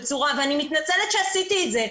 ואני מתנצלת שעשיתי את זה,